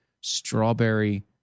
strawberry